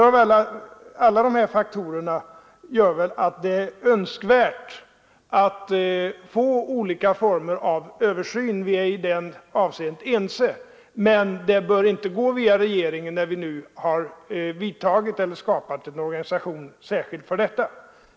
Alla dessa faktorer gör väl att det är önskvärt att få olika former av översyn. Vi är i det avseendet ense. Men det bör inte gå via regeringen, när vi nu skapat en organisation särskilt för detta.